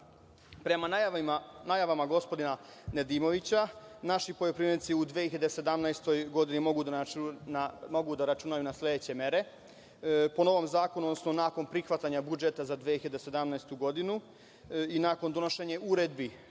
najavama gospodina Nedimovića, naši poljoprivrednici u 2017. godini mogu da računaju na sledeće mere. Po novom zakonu, odnosno nakon prihvatanja budžeta za 2017. godinu i nakon donošenja uredbi,